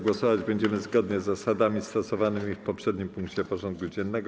Głosować będziemy zgodnie z zasadami stosowanymi w poprzednim punkcie porządku dziennego.